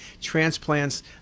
transplants